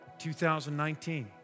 2019